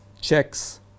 checks